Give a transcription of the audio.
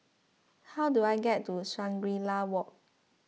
how do I get to Shangri La Walk